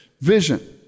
vision